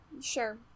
Sure